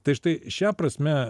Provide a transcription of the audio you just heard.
tai štai šia prasme